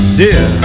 dear